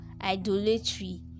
idolatry